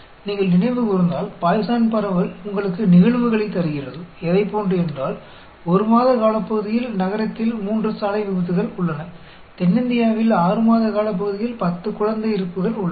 நீங்கள் நினைவு கூர்ந்தால் பாய்சான் பரவல் உங்களுக்கு நிகழ்வுகளைத் தருகிறது எதைப்போன்று என்றால் 1 மாத காலப்பகுதியில் நகரத்தில் 3 சாலை விபத்துக்கள் உள்ளன தென்னிந்தியாவில் 6 மாத காலப்பகுதியில் பத்து குழந்தை இறப்புகள் உள்ளன